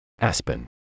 Aspen